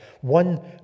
One